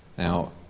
Now